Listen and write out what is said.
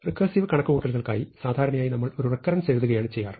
recursive കണക്കുകൂട്ടലുകൾക്കായി സാധാരണയായി നമ്മൾ ഒരു റെക്കരൻസ് എഴുതുകയാണ് ചെയ്യാറ്